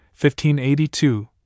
1582